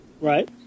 Right